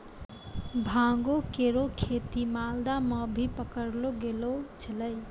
भांगो केरो खेती मालदा म भी पकड़लो गेलो छेलय